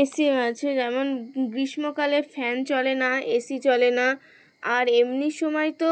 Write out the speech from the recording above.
AC আছে যেমন গ্রীষ্মকালে ফ্যান চলে না এসি চলে না আর এমনি সময় তো